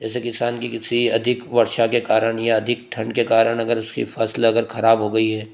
जैसे किसान की किसी अधिक वर्षा के कारण या अधिक ठंड के कारण अगर फिर फसल अगर खराब हो गई है